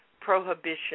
prohibition